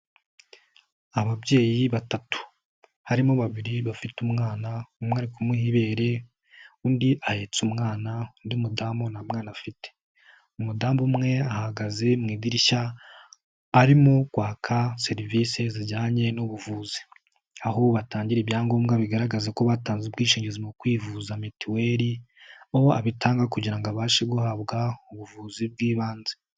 Ababyeyi batatu, harimo babiri bafite umwana, umwe ari kumuha ibere, undi ahetse umwana, undi mudamu nta mwana afite. Umudamu umwe ahagaze mu idirishya, arimo kwaka serivisi zijyanye n'ubuvuzi. Aho batangira ibyangombwa bigaragaza ko batanze ubwishingizi mu kwivuza mitiweri, aho abitanga kugira abashe guhabwa ubuvuzi bw'ibanze.